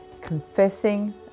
Confessing